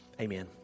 Amen